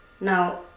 Now